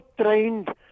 trained